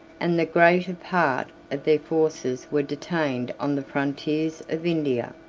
and the greater part of their forces were detained on the frontiers of india.